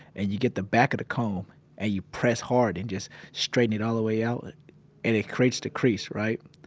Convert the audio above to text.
and you get the back of the comb and you press hard and just straighten it all the way out and it creates the crease, right.